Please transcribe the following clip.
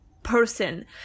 Person